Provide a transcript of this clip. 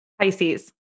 Pisces